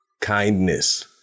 kindness